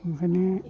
बेखायनो